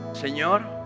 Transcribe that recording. Señor